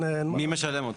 מי משלם אותו?